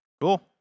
cool